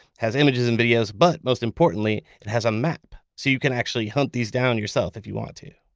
has images and videos, but most importantly, it has a map. so you can actually hunt these down yourself if you want to